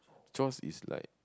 chores is like